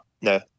no